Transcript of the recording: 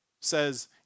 says